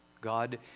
God